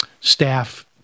staff